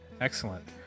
Excellent